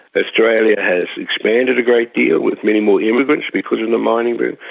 but australia has expanded a great deal with many more immigrants because of the mining boom.